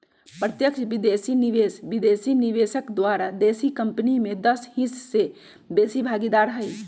प्रत्यक्ष विदेशी निवेश विदेशी निवेशक द्वारा देशी कंपनी में दस हिस्स से बेशी भागीदार हइ